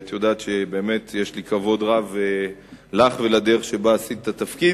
ואת יודעת שבאמת יש לי כבוד רב לך ולדרך שבה עשית את התפקיד,